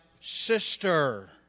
sister